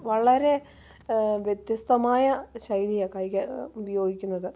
വളരെ വ്യത്യസ്തമായ ശൈലിയാണ് ഉപയോഗിക്കുന്നത്